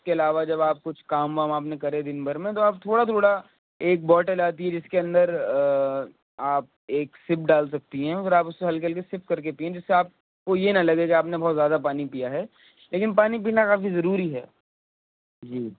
اس کے علاوہ جب آپ کچھ کام وام آپ نے کریں دن بھر میں تو آپ تھوڑا تھوڑا ایک بوٹل آتی ہے جس کے اندر آپ ایک سپ ڈال سکتی ہیں پھر آپ اس سے ہلکے ہلکے سپ کر کے پئیں جس سے آپ کو یہ نہ لگے کہ آپ نے بہت زیادہ پانی پیا ہے لیکن پانی پینا کافی ضروری ہے جی